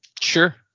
Sure